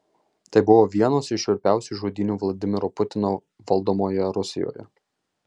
tai buvo vienos iš šiurpiausių žudynių vladimiro putino valdomoje rusijoje